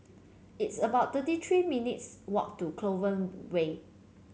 it's about thirty three minutes' walk to Clover Way